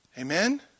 Amen